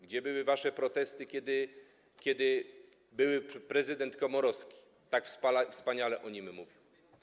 Gdzie były wasze protesty, kiedy były prezydent Komorowski tak wspaniale o nim mówił?